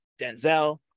Denzel